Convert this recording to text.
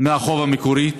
יותר מכפול מהחוב המקורי?